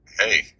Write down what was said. hey